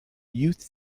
youth